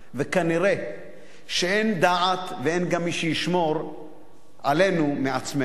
וכנראה אין דעת וגם אין מי שישמור עלינו מעצמנו.